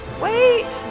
Wait